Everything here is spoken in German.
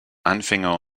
anfänger